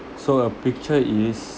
so a picture is